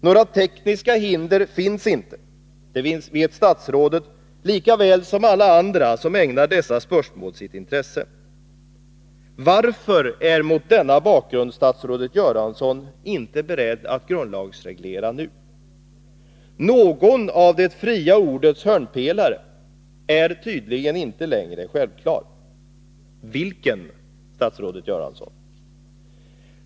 Några tekniska hinder finns inte. Det vet statsrådet lika väl som alla andra som ägnar dessa spörsmål sitt intresse. Varför är statsrådet Göransson mot denna bakgrund inte beredd att grundlagsreglera nu? Någon av det fria ordets hörnpelare är tydligen inte längre självklar. Vilken, statsrådet Göransson?